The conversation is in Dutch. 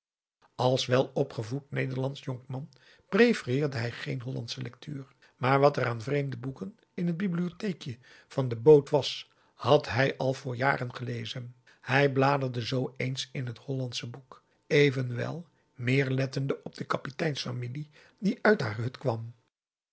als welopgevoed nederlandsch jonkman prefereerde hij geen hollandsche lectuur maar wat er aan vreemde boeken in t bibliotheekje van de boot was had hij al voor jaren gelezen hij bladerde zoo eens in het hollandsche boek evenwel meer lettende op de kapiteins familie die uit haar hut kwam